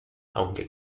aunque